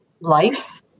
life